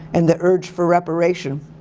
and the urge for reparation.